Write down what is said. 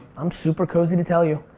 i'm super cozy to tell you.